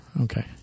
Okay